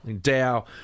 Dow